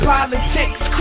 Politics